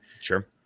Sure